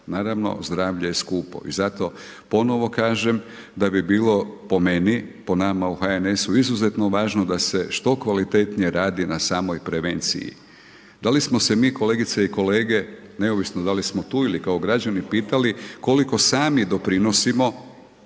Naravno zdravlje je skupo i zato ponovo kažem da bi bilo, po meni, po nama u HNS-u izuzetno važno da se što kvalitetnije radi na samoj prevenciji. Da li smo se mi, kolegice i kolege, neovisno da li smo tu ili kao građani pitali, koliko sami doprinosimo